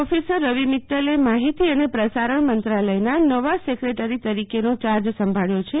officer Ravi મિત્તલે આજે માહિતી અને પ્રસારણ મંત્રાલયના નવા સેક્રેટરી તરીકેનો ચાર્જ સંભાબ્યો છે